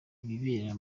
ibibera